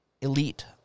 elite